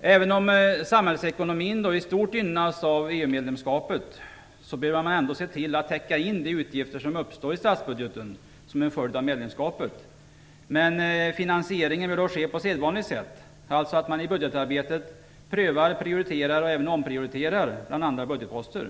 Även om samhällsekonomin i stort gynnas av EU medlemskapet bör man ändå se till att täcka in de utgifter som uppstår i statsbudgeten som en följd av medlemskapet. Men finansieringen bör då ske på sedvanligt sätt, dvs. att man i budgetarbetet prövar, prioriterar och även omprioriterar bland olika budgetposter.